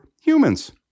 humans